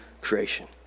creation